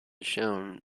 shown